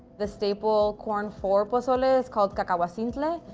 the staple corn for pozole is called cacahuacintle.